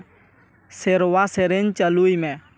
ᱥᱮᱨᱣᱟ ᱥᱮᱨᱮᱧ ᱪᱟᱹᱞᱩᱭ ᱢᱮ